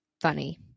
funny